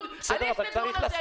לך ושוב.